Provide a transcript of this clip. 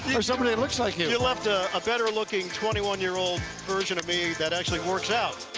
you know somebody looks like you. you left ah a better looking twenty one year old version of me that actually works out.